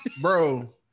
Bro